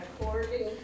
According